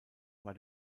war